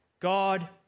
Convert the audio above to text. God